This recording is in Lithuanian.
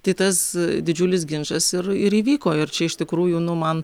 tai tas didžiulis ginčas ir ir įvyko ir čia iš tikrųjų nu man